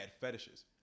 fetishes